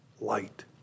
light